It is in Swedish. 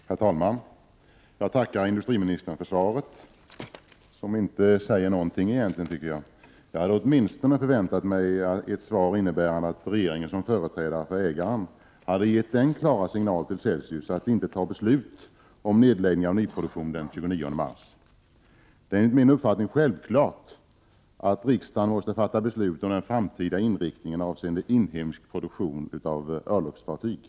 Herr talman! Jag tackar industriministern för svaret — som inte säger någonting egentligen, tycker jag. Jag hade åtminstone förväntat mig ett svar innebärande att regeringen som företrädare för ägaren hade gett den klara signalen till Celsius att inte ta beslut om nedläggning av nyproduktion den 29 mars. Det är enligt min uppfattning självklart att riksdagen måste fatta beslut om den framtida inriktningen avseende inhemsk produktion av örlogsfartyg.